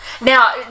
Now